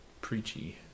preachy